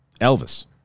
Elvis